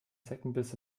zeckenbiss